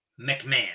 McMahon